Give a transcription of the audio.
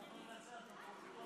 אם כך, חברי הכנסת, להלן תוצאות